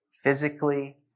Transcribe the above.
physically